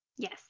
Yes